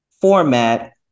format